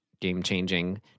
game-changing